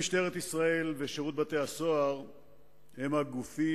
משטרת ישראל ושירות בתי-הסוהר הם גופי